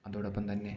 അതോടൊപ്പം തന്നെ